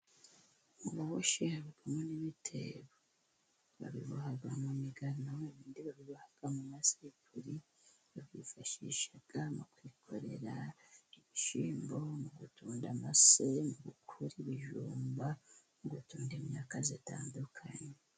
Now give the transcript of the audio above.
Umuboshyi aba kumwe n'ibitero. Babiboha mu migano, ibindi babiboha mu masipuri. Babyifashisha mu kwikorera ibishyimbo, mu gutunda amase, mu gukura ibijumba, mu gutunda imyaka zlitandukanye.